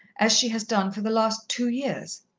as she has done for the last two years.